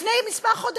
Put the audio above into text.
לפני כמה חודשים: